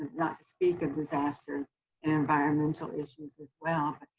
not to speak of disasters and environmental issues as well,